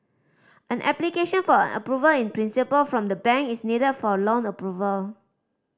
an application for an Approval in Principle from the bank is needed for a loan approval